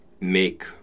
make